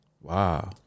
Wow